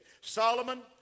Solomon